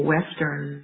western